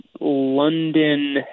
London